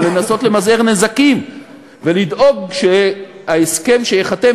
אבל לנסות למזער נזקים ולדאוג שההסכם שייחתם,